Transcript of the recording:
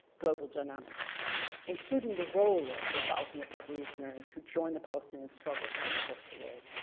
global dynamics including the role of the thousand of revolutionaries who join the palestinian struggle from across the world.